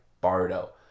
Bardo